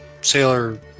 sailor